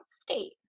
state